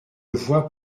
vois